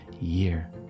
year